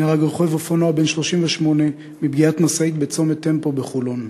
נהרג רוכב אופנוע בן 38 מפגיעת משאית בצומת טמפו בחולון.